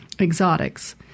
exotics